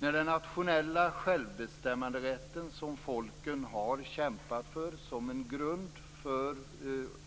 När den nationella självbestämmanderätten som folken har kämpat för som en grund för